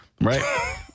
Right